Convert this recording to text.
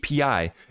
API